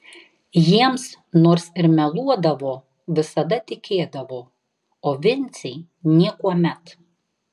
jiems nors ir meluodavo visada tikėdavo o vincei niekuomet